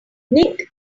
nick